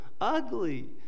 ugly